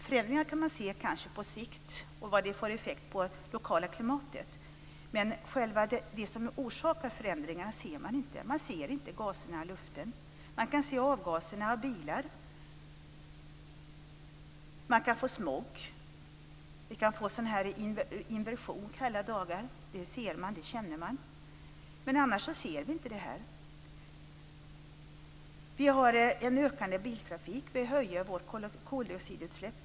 Förändringar kan man kanske se på sikt, liksom de effekter det får på det lokala klimatet. Men det som orsakar förändringarna ser man inte. Man ser inte gaser i luften. Man kan se avgaserna från bilar. Det kan bli smog. Det kan bli inversion kalla dagar. Det både syns och känns. Men annars ser vi inte det här. Vi har en ökande biltrafik. Vi höjer för närvarande våra koldioxidutsläpp.